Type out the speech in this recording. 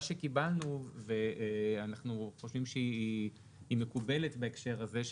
שקיבלנו ואנחנו חושבים שהיא מקובלת בהקשר הזה,